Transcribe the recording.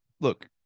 look